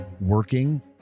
working